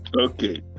Okay